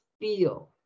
Feel